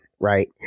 Right